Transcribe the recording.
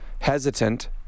hesitant